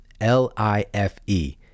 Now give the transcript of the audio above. L-I-F-E